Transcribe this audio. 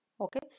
okay